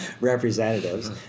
representatives